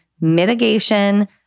mitigation